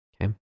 Okay